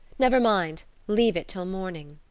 never mind leave it till morning.